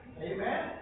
amen